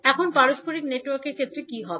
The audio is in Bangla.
এখন পারস্পরিক নেটওয়ার্কের ক্ষেত্রে কী হবে